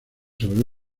sobre